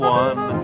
one